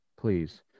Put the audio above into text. Please